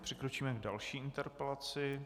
Přikročíme k další interpelaci.